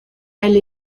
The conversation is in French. elle